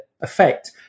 effect